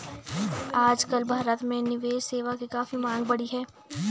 आजकल भारत में निवेश सेवा की काफी मांग बढ़ी है